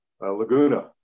Laguna